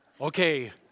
Okay